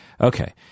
Okay